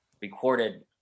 recorded